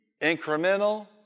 Incremental